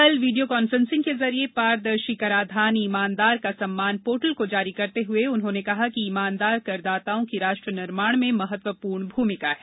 कल video conferencing के जरिए पारदर्शी कराधान ईमानदार का सम्मान पोर्टल को जारी करते हुए उन्होंने कहा कि ईमानदार करदाताओं की राष्ट्र निर्माण में महत्वपूर्ण भूमिका है